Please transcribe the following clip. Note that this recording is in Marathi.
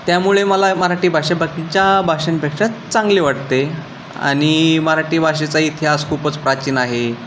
त्यामुळे मला मराठी भाषा बाकीच्या भाषांपेक्षा चांगली वाटते आणि मराठी भाषेचा इतिहास खूपच प्राचीन आहे